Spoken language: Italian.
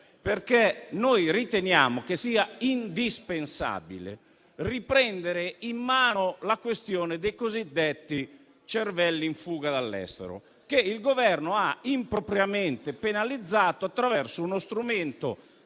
perché noi riteniamo che sia indispensabile riprendere in mano la questione dei cosiddetti cervelli in fuga dall'estero, questione che il Governo ha impropriamente penalizzato attraverso uno strumento